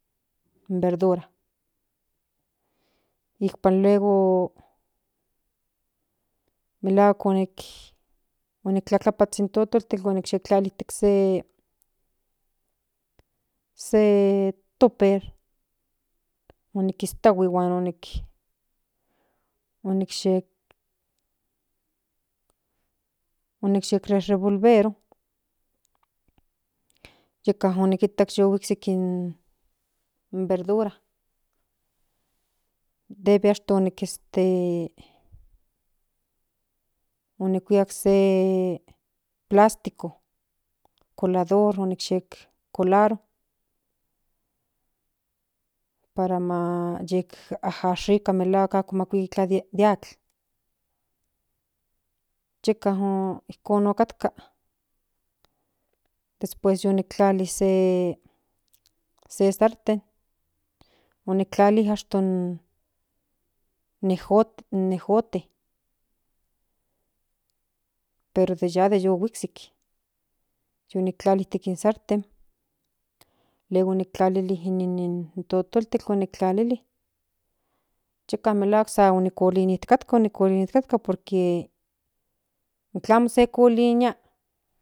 In verdura icpam luego melahuac inic tlatlapas in totoltel inic yectlali itec se se toper unikistahui huan unic unic yec unic re re bolvero yeca unikitac yohuicsik in verdura debe achto este onicuicak se plástico colador onicyec colaro para mac yec aashica malahuac amitla ma cuica de hatl yica icon ocatca después yonic tlali se se sarten unic tlali achto ni jo nijote pero de ya de guiczic yonictlali itec in sarten luego unic tlalili in totoltel unic tlalili yeca melahuac sa uniclinicatca unicolinitca porque tlamo se colinia.